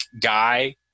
guy